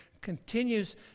continues